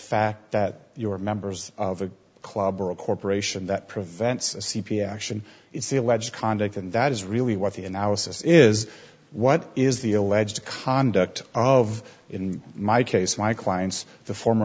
fact that you are members of a club or a corporation that prevents a c p s action it's the alleged conduct and that is really what the analysis is what is the alleged conduct of in my case my clients the former